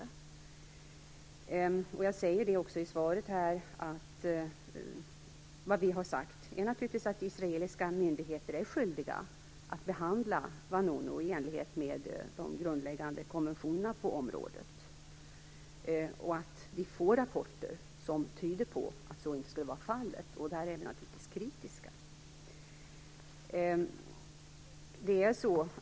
Vad vi har sagt, som jag också säger i svaret, är naturligtvis att israeliska myndigheter är skyldiga att behandla Vanunu i enlighet med de grundläggande konventionerna på området och att vi får rapporter som tyder på att så inte skulle vara fallet. Där är vi naturligtvis kritiska.